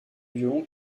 violon